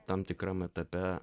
tam tikram etape